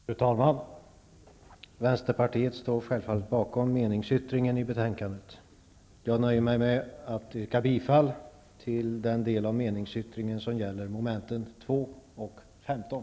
Fru talman! Vänsterpartiet står självfallet bakom meningsyttringen i betänkandet. Jag nöjer mig med att yrka bifall till den del av meningsyttringen som gäller mom. 2 och 15.